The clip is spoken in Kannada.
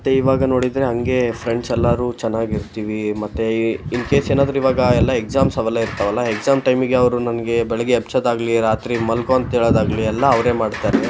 ಮತ್ತೆ ಇವಾಗ ನೋಡಿದರೆ ಹಾಗೆ ಫ್ರೆಂಡ್ಸ್ ಎಲ್ಲಾರು ಚೆನ್ನಾಗಿರ್ತಿವಿ ಮತ್ತು ಇನ್ಕೇಸ್ ಏನಾದರು ಇವಾಗ ಎಲ್ಲಾ ಎಕ್ಸಾಮ್ಸ್ ಅವೆಲ್ಲಾ ಇರ್ತಾವಲ್ಲಾ ಎಕ್ಸಾಮ್ ಟೈಮಿಗೆ ಅವರು ನನಗೆ ಬೆಳಗ್ಗೆ ಎಬ್ಸೋದಾಗಲಿ ರಾತ್ರಿ ಮಲ್ಕೋ ಅಂತೇಳೋದಾಗಲಿ ಎಲ್ಲಾ ಅವರೇ ಮಾಡ್ತಾರೆ